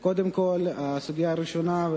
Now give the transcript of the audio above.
הסוגיה הראשונה,